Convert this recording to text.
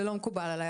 זה לא מקובל עליי,